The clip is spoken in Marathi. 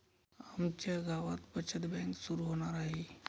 आमच्या गावात बचत बँक सुरू होणार आहे